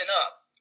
up